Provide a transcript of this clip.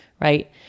right